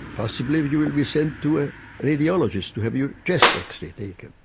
possibly you will be sent to a radiologist to have your chest x-ray taken.